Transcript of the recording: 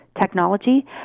technology